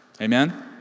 Amen